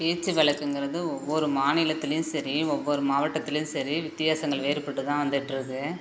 பேச்சு வழக்குங்கிறது ஒவ்வொரு மாநிலத்துலையும் சரி ஒவ்வொரு மாவட்டத்துலையும் சரி வித்தியாசங்கள் வேறுபட்டு தான் வந்துக்கிட்டு இருக்கு